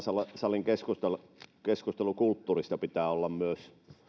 salin muuttuneesta keskustelukulttuurista pitää olla